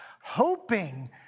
hoping